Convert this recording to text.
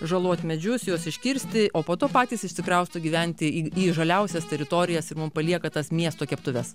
žalot medžius juos iškirsti o po to patys išsikrausto gyventi į žaliausias teritorijas ir mum palieka tas miesto keptuves